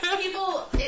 People